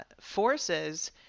forces